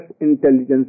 intelligence